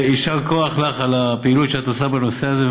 יישר כוח לך על הפעילות שאת עושה בנושא הזה.